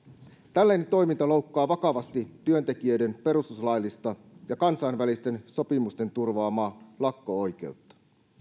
tällainen toiminta loukkaa vakavasti työntekijöiden perustuslaillista ja kansainvälisten sopimusten turvaamaa lakko oikeutta